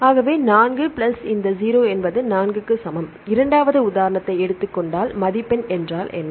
ஆகவே 4 பிளஸ் இந்த 0 என்பது 4 க்கு சமம் இரண்டாவது உதாரணத்தை எடுத்துக் கொண்டால் மதிப்பெண் என்றால் என்ன